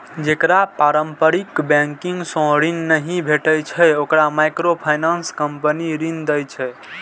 जेकरा पारंपरिक बैंकिंग सं ऋण नहि भेटै छै, ओकरा माइक्रोफाइनेंस कंपनी ऋण दै छै